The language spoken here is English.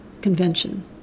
Convention